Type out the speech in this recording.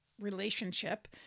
relationship